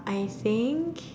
I think